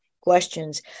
questions